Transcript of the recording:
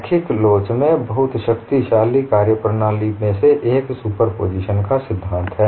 रैखिक लोच में बहुत शक्तिशाली कार्यप्रणाली में से एक सुपरपोजिशन का सिद्धांत है